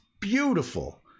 beautiful